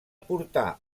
portà